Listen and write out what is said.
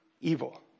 evil